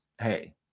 hey